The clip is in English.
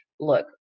Look